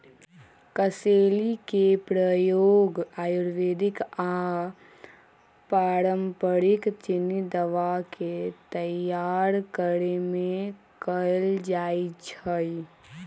कसेली के प्रयोग आयुर्वेदिक आऽ पारंपरिक चीनी दवा के तइयार करेमे कएल जाइ छइ